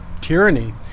tyranny